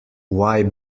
why